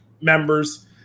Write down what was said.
members